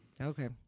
Okay